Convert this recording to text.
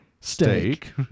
steak